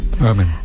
Amen